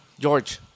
George